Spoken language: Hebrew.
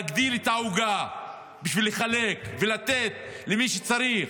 להגדיל את העוגה בשביל לחלק ולתת למי שצריך.